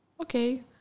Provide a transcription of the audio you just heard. Okay